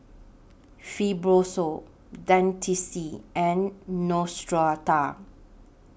Fibrosol Dentiste and Neostrata